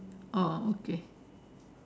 oh okay